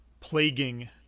plaguing